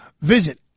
visit